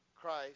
Christ